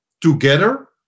together